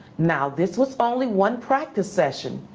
now this was only one practice session,